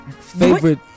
favorite